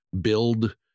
build